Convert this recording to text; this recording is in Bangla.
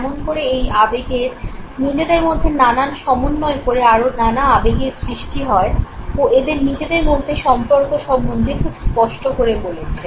কেমন করে এই আবেগের নিজেদের মধ্যে নানা সমন্বয় করে আরও নানা আবেগের সৃষ্টি হয় ও এদের নিজেদের মধ্যে সম্পর্ক সম্বন্ধে খুব স্পষ্ট করে বলেছেন